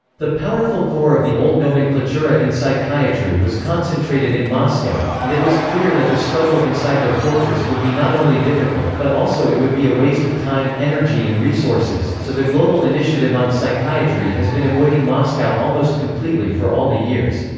the powerful core of the old nomenklatura in psychiatry was concentrated in moscow, and it was clear that the struggle inside their fortress would be not only difficult, but also it would be a waste of time, energy and resources, so the global initiative on psychiatry has been avoiding moscow almost completely for all the years.